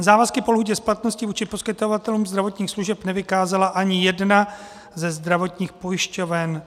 Závazky po lhůtě splatnosti vůči poskytovatelům zdravotních služeb nevykázala ani jedna ze zdravotních pojišťoven.